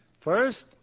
First